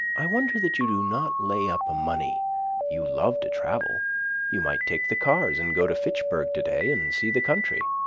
i wonder that you do not lay up money you love to travel you might take the cars and go to fitchburg today and see the country.